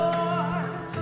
Lord